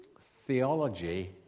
theology